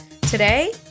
Today